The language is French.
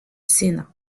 sénat